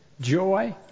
joy